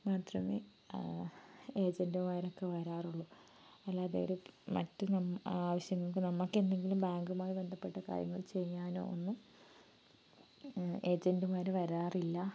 മാത്രമേ ഏജന്റുമാരൊക്ക വരാറുള്ളൂ അല്ലാതെ ഒരു മറ്റ് ആവശ്യങ്ങൾക്ക് നമ്മുക്കെന്തെങ്കിലും ബാങ്കുമായി ബന്ധപ്പെട്ട കാര്യങ്ങൾ ചെയ്യാനോ ഒന്നും ഏജന്റുമാർ വരാറില്ല